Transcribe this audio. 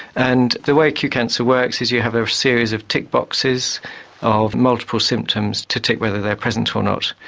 and the way qcancer works is you have a series of tick boxes of multiple symptoms to tick whether they are present or not.